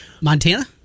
Montana